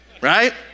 Right